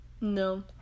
no